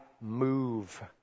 move